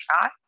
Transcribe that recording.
shot